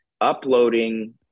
uploading